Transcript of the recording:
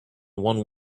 one